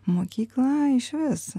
mokykla išvis